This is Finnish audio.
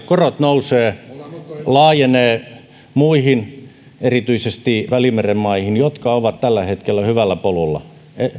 korot nousevat ja tämä laajenee muihin erityisesti välimeren maihin jotka ovat tällä hetkellä hyvällä polulla